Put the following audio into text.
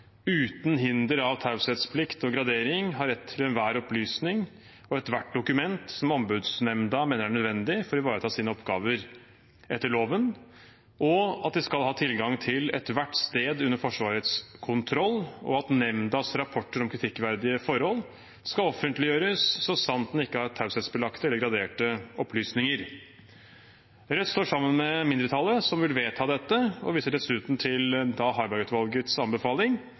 uten hinder av taushetsplikt og gradering har rett til enhver opplysning og ethvert dokument som Ombudsnemnda mener er nødvendig for å ivareta sine oppgaver etter loven, at de skal ha tilgang til ethvert sted under Forsvarets kontroll, og at nemndas rapporter om kritikkverdige forhold skal offentliggjøres, så sant de ikke har taushetsbelagte eller graderte opplysninger. Rødt står sammen med mindretallet som vil vedta dette, og viser dessuten til Harberg-utvalgets anbefaling